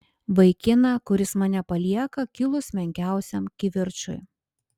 vaikiną kuris mane palieka kilus menkiausiam kivirčui